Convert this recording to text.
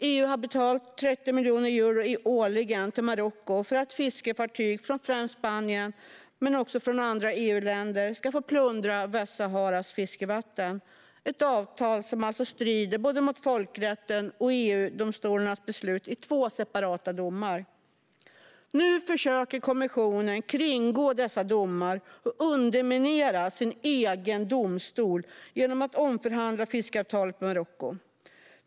EU har betalat 30 miljoner euro årligen till Marocko för att fiskefartyg från främst Spanien och andra EU-länder ska få plundra Västsaharas fiskevatten. Avtalet strider alltså mot både folkrätten och EU-domstolens beslut i två separata domar. Nu försöker kommissionen kringgå dessa domar och underminera sin egen domstol genom att omförhandla fiskeavtalet med Marocko.